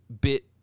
bit